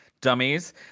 Dummies